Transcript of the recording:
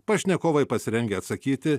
pašnekovai pasirengę atsakyti